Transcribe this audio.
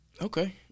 Okay